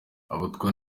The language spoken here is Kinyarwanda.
abatwa